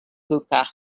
hookah